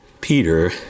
Peter